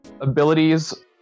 abilities